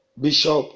Bishop